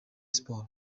siporo